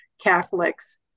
Catholics